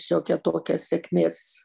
šiokia tokia sėkmės